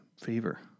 fever